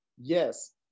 yes